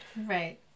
Right